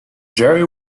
jerry